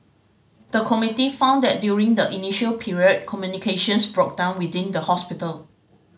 the committee found that during the initial period communications broke down within the hospital